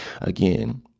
again